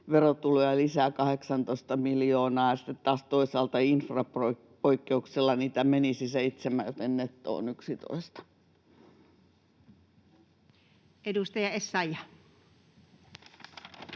verotuloja lisää 18 miljoonaa ja sitten taas toisaalta infrapoikkeuksella niitä menisi 7, joten netto on 11. Edustaja Essayah.